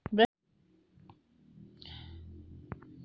वरिष्ठ नागरिकों के स्वास्थ्य बीमा के लिए न्यूनतम प्रीमियम क्या है?